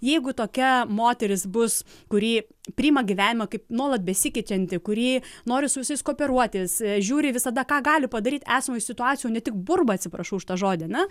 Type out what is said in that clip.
jeigu tokia moteris bus kurį priima gyvenimą kaip nuolat besikeičiantį kurį nori su visais kooperuotis žiūri visada ką gali padaryt esamoj situacijoj ne tik burba atsiprašau už tą žodį ane